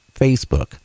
Facebook